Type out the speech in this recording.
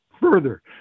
further